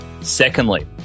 Secondly